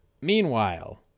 Meanwhile